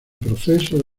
proceso